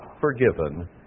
forgiven